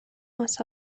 мас